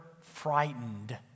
frightened